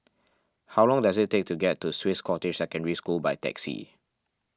how long does it take to get to Swiss Cottage Secondary School by taxi